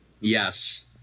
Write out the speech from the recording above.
Yes